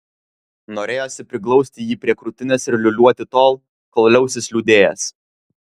norėjosi priglausti jį prie krūtinės ir liūliuoti tol kol liausis liūdėjęs